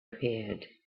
appeared